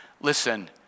Listen